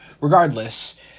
Regardless